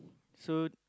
so